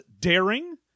daring